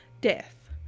Death